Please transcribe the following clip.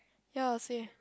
ya the same